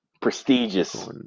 Prestigious